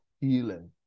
healing